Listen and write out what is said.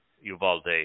Uvalde